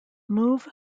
move